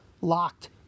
locked